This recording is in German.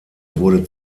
wurde